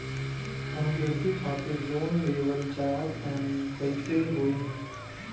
हम कृषि खातिर लोन लेवल चाहऽ तनि कइसे होई?